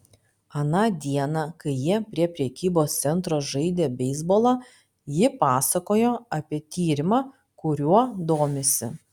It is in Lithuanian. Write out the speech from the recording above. aną dieną kai jie prie prekybos centro žaidė beisbolą ji pasakojo apie tyrimą kuriuo domisi